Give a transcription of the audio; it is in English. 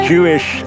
Jewish